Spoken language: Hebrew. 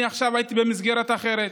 אני עכשיו הייתי במסגרת אחרת,